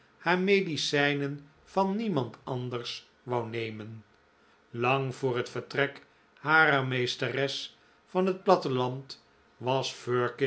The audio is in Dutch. haar medicijnen van niemand anders wou nemen lang voor het vertrek harer meesteres van het platteland was